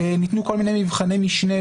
ניתנו כל מיני מבחני משנה,